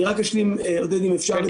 אני רק אשלים, עודד, אם אפשר,